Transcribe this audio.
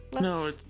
No